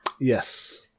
Yes